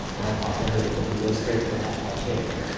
bypass the holy book and go straight for that criterion,